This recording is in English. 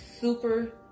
super